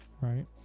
right